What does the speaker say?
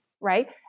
Right